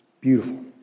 Beautiful